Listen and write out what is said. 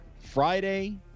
Friday